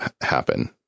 happen